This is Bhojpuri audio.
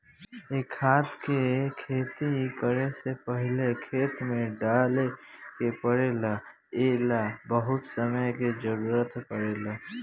ए खाद के खेती करे से पहिले खेत में डाले के पड़ेला ए ला बहुत समय के जरूरत पड़ेला